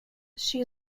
she